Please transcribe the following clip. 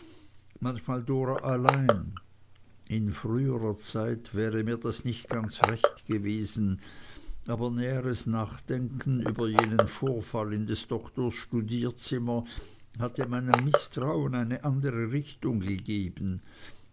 manchmal dora allein in früherer zeit wäre mir das nicht ganz recht gewesen aber näheres nachdenken über jenen vorfall in des doktors studierzimmer hatte meinem mißtrauen eine andere richtung gegeben